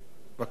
בבקשה, רבותי.